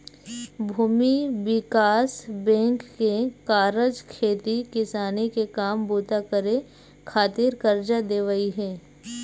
भूमि बिकास बेंक के कारज खेती किसानी के काम बूता करे खातिर करजा देवई हे